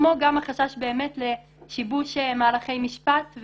כמו גם החשש באמת לשיבוש מהלכי משפט,